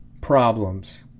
problems